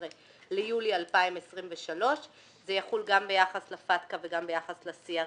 ליולי 2023. זה יחול ביחס לפטק"א וגם ביחס ל-CRS,